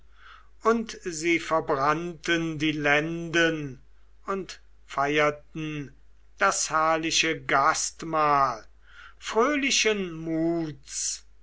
und sie verbrannten die lenden und feirten das herrliche gastmahl fröhlichen muts